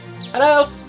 Hello